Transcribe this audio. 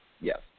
yes